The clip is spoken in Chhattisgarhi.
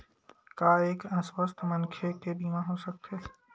का एक अस्वस्थ मनखे के बीमा हो सकथे?